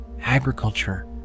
agriculture